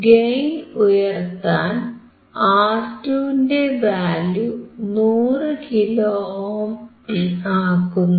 gain ഉയർത്താൻ ആർ2 ന്റെ വാല്യൂ 100 കിലോ ഓം ആക്കുന്നു